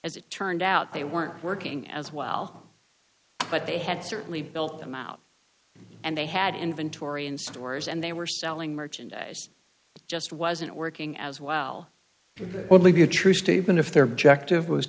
as it turned out they weren't working as well but they had certainly built them out and they had inventory in stores and they were selling merchandise that just wasn't working as well for the only be a true statement if their objective was